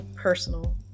personal